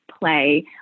play